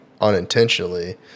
unintentionally